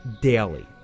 daily